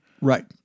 right